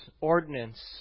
ordinance